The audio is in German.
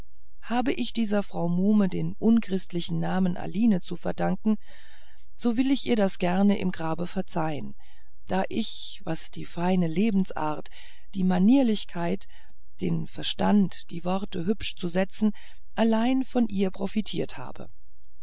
habe ich dieser frau muhme den unchristlichen namen aline zu verdanken so will ich ihr das gern im grabe verzeihen da ich was die feine lebensart die manierlichkeit den verstand die worte hübsch zu setzen allein von ihr profitiert habe